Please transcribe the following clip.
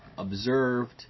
Observed